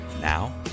Now